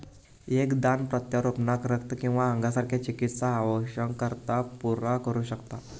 एक दान प्रत्यारोपणाक रक्त किंवा अंगासारख्या चिकित्सा आवश्यकतांका पुरा करू शकता